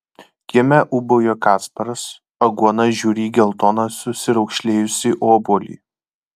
kieme ūbauja kasparas aguona žiūri į geltoną susiraukšlėjusį obuolį